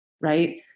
right